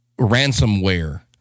ransomware